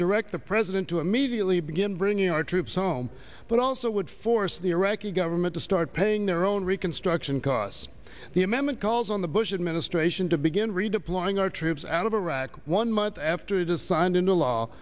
direct the president to immediately begin bringing our troops home but also would force the iraqi government to start paying their own reconstruction costs the amendment calls on the bush administration to begin redeploying our troops out of iraq one month after it is signed into law